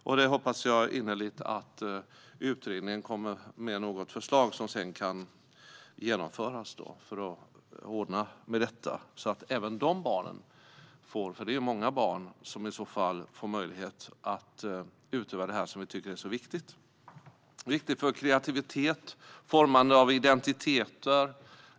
Jag hoppas innerligt att utredningen kommer med något förslag som sedan kan genomföras för att ordna med detta så att även dessa barn - för det handlar om många barn - får möjlighet att utöva kultur, något som vi tycker är så viktigt. Det är viktigt för kreativitet och formande av identiteter.